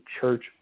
church